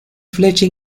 flecha